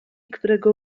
którego